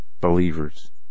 believers